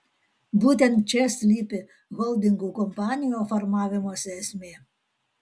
būtent čia slypi holdingo kompanijų formavimosi esmė